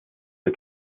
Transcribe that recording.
zur